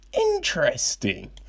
interesting